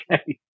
Okay